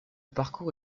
parcours